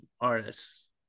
artists